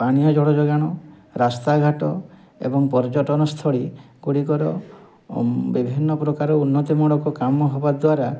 ପାନୀୟ ଜଳ ଯୋଗାଣ ରାସ୍ତାଘାଟ ଏବଂ ପର୍ଯ୍ୟଟନ ସ୍ଥଳୀଗୁଡ଼ିକର ବିଭିନ୍ନ ପ୍ରକାର ଉନ୍ନତିମୂଳକ କାମ ହବା ଦ୍ୱାରା